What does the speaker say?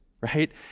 right